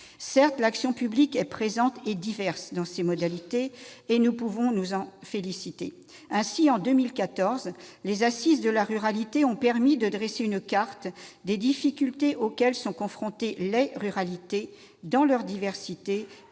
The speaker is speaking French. Certes, l'action publique est présente et diverse dans ses modalités ; nous pouvons nous en féliciter. Ainsi, en 2014, les Assises de la ruralité ont permis de dresser une carte des difficultés auxquelles sont confrontées les ruralités, dans leur diversité,